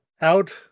out